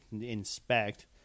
inspect